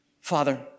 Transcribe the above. Father